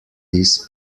this